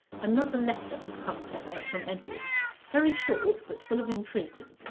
another letter had come to her from edward very short, but full of entreaty,